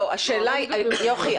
יוכי,